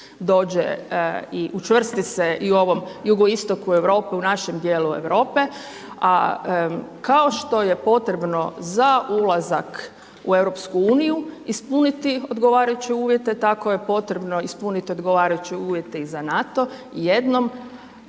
dođe i učvrsti i u ovom jugoistoku Europe, u našem djelu Europe, a kao što je potrebno za ulazak u EU ispuniti odgovarajuće uvjete, tako je potrebno ispuniti odgovarajuće uvjete i za NATO, jednom